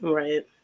right